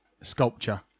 sculpture